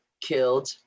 killed